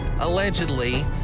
allegedly